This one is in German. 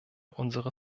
unsere